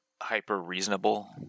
hyper-reasonable